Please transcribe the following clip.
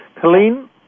Colleen